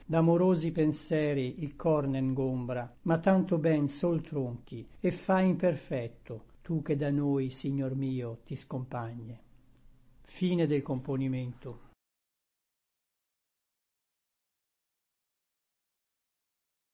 d'amorosi penseri il cor ne ngombra ma tanto ben sol tronchi et fai imperfecto tu che da noi signor mio ti scompagne